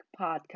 Podcast